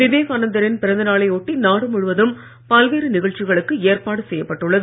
விவேகானந்தரின் பிறந்த நாளையொட்டி நாடு முழுவதும் பல்வேறு நிகழ்ச்சிகளுக்கு ஏற்பாடு செய்யப்பட்டுள்ளது